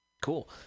Cool